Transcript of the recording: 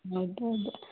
ಹೌದು ಹೌದು